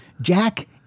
Jack